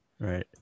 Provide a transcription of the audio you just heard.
right